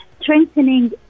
strengthening